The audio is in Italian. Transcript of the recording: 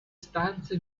stanze